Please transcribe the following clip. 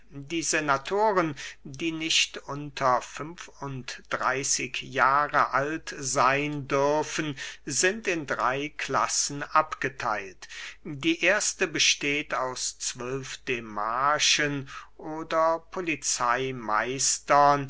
die senatoren die nicht unter fünf und dreyßig jahre alt seyn dürfen sind in drey klassen abgetheilt die erste besteht aus zwölf demarchen oder polizeymeistern